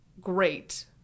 great